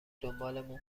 دنبالمون